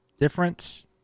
difference